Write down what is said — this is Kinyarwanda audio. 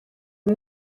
uyu